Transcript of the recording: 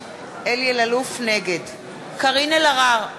נגד קארין אלהרר,